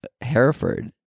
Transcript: Hereford